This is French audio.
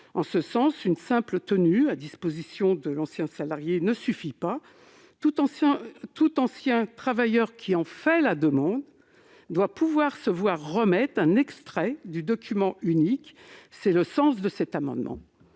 En ce sens, une simple tenue à disposition du document ne suffit pas. Tout ancien travailleur qui en fait la demande doit se voir remettre un extrait du document unique. Tel est le sens de cet amendement.